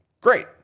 great